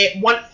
one